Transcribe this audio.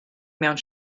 mewn